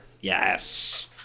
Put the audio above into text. Yes